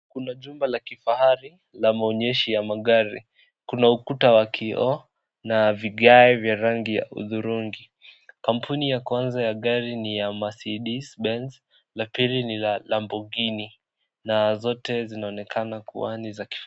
Kuna jumba la kifahari la maonyeshi ya magari kuna ukuta wa kioo na vigae vya rangi ya hudhurungi kampuni ya kwanza ya gari ni ya Mercedes Benz la pili ni la Lamborghini na zote zinaonekana kuwa ni za kifahari.